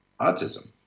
autism